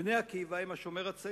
"בני עקיבא" עם "השומר הצעיר",